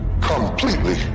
completely